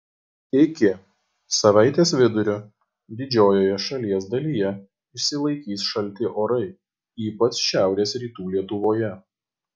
iki savaitės vidurio didžiojoje šalies dalyje išsilaikys šalti orai ypač šiaurės rytų lietuvoje